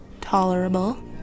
tolerable